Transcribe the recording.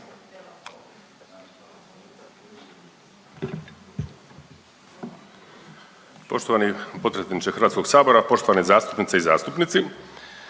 Poštovani predsjedavajući, poštovane zastupnice i zastupnici,